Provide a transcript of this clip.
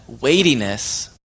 weightiness